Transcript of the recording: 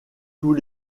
tous